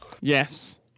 Yes